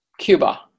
Cuba